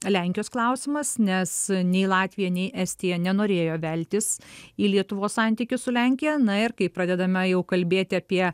lenkijos klausimas nes nei latvija nei estija nenorėjo veltis į lietuvos santykius su lenkija na ir kai pradedame jau kalbėti apie